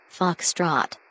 foxtrot